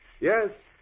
Yes